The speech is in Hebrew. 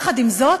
עם זאת,